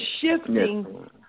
shifting